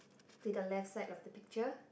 to the left side of the picture